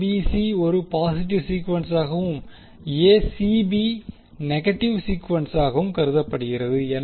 ABC ஒரு positive சீக்குவென்ஸாகவும் ACB negative சீக்குவென்ஸாகவும் கருதப்படுகிறது